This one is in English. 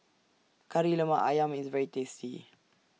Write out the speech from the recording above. Kari Lemak Ayam IS very tasty